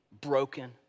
broken